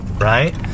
right